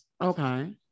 Okay